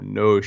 no